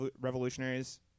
revolutionaries